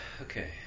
okay